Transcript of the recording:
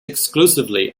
exclusively